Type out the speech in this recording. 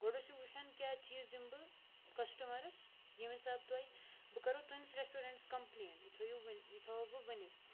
گۄڈٕ ٲسِو وٕچھان کیٛاہ چیٖز دِمہٕ بہٕ کَسٹٕمَرَس ییٚمہِ حِساب تۄہہِ بہٕ کَرو تُہٕنٛدِس رٮ۪سٹورٮ۪نٛٹَس کَمپٕلین یہِ تھٲیِو وٕنۍ یہِ تھاوَو بہٕ ؤنِتھ